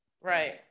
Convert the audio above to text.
Right